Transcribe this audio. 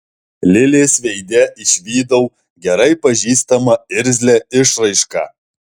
lilės veide išvydau gerai pažįstamą irzlią išraišką